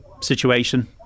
situation